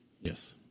Yes